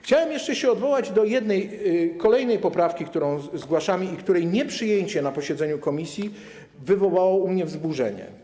Chciałem jeszcze odwołać się do kolejnej poprawki, którą zgłaszamy i której nieprzyjęcie na posiedzeniu komisji wywołało u mnie wzburzenie.